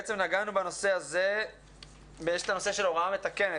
יש את הנושא של הוראה מתקנת,